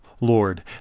Lord